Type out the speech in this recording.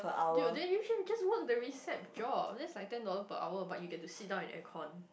dude then you should just work the receipt job that is like ten dollar per hour but you can to sit down in air-con